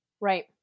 Right